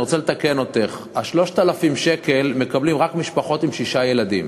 אני רוצה לתקן אותך: 3,000 שקל מקבלות רק משפחות עם שישה ילדים.